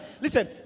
Listen